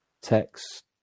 text